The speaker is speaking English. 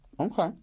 Okay